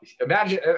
imagine